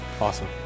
Awesome